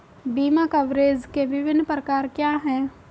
बीमा कवरेज के विभिन्न प्रकार क्या हैं?